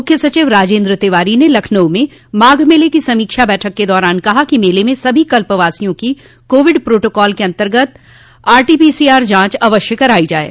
मुख्य सचिव राजेन्द्र तिवारी ने लखनऊ में माघ मेले की समीक्षा बैठक के दौरान कहा कि मेले में सभी कल्पवासियों की कोविड प्रोटोकॉल के अन्तर्गत आरटीपीसीआर जांच अवश्य कराई जाये